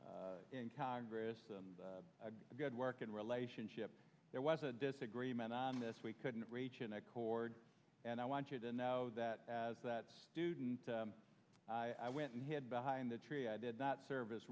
in congress and a good working relationship there was a disagreement on this we couldn't reach an accord and i want you to now that as that student i went and hid behind the tree i did not serv